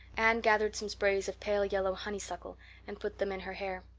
anne gathered some sprays of pale-yellow honeysuckle and put them in her hair.